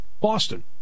Boston